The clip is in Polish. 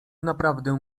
naprawdę